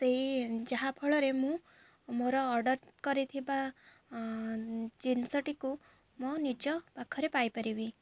ସେଇ ଯାହାଫଳରେ ମୁଁ ମୋର ଅର୍ଡ଼ର କରିଥିବା ଜିନିଷଟିକୁ ମୋ ନିଜ ପାଖରେ ପାଇପାରିବି